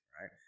right